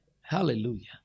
Hallelujah